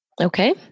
Okay